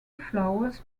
flowers